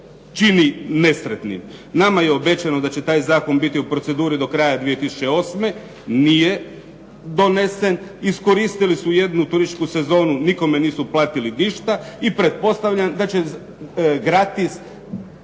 čini nesretnim. Nama je obećano da će taj zakon biti u proceduri do kraja 2008. Nije donesen. Iskoristili su jednu turističku sezonu nikome nisu platili ništa i pretpostavljam da će gratis